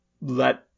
let